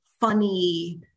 funny